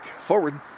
Forward